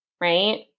right